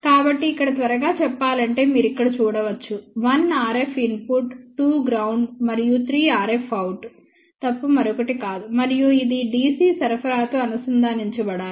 కాబట్టి ఇక్కడ త్వరగా చెప్పాలంటే మీరు ఇక్కడ చూడవచ్చు 1 RF ఇన్పుట్ 2 గ్రౌండ్ మరియు 3 RFఅవుట్ తప్ప మరొకటి కాదు మరియు ఇది DC సరఫరాతో అనుసంధానించబడాలి